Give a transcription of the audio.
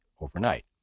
overnight